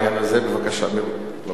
נו, באמת.